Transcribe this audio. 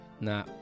Nah